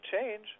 change